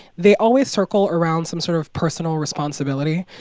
they always circle around some sort of personal responsibility.